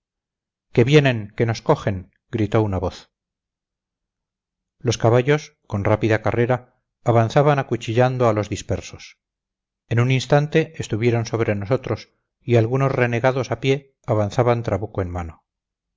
que vienen que nos cogen gritó una voz los caballos con rápida carrera avanzaban acuchillando a los dispersos en un instante estuvieron sobre nosotros y algunos renegados a pie avanzaban trabuco en mano